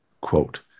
quote